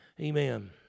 Amen